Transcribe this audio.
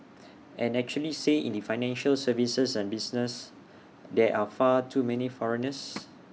and actually say in the financial services and business there are far too many foreigners